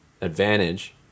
advantage